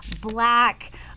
black